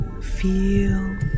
Feel